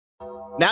Now